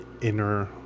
inner